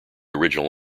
original